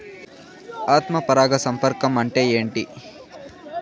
ఆత్మ పరాగ సంపర్కం అంటే ఏంటి?